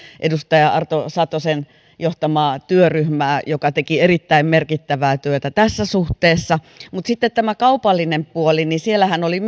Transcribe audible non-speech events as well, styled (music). edustaja arto satosen johtamaa työryhmää joka teki erittäin merkittävää työtä tässä suhteessa mutta sitten tämä kaupallinen puoli myös siellä oli (unintelligible)